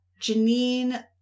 Janine